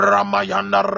Ramayana